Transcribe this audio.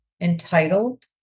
entitled